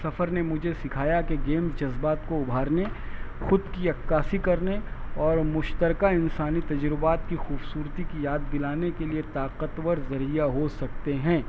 سفر نے مجھے سیکھایا کہ گیم جذبات کو ابھارنے خود کی عکاسی کرنے اور مشترکہ انسانی تجربات کی خوبصورتی کی یاد دلانے کے لیے طاقت ور ذریعہ ہو سکتے ہیں